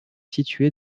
située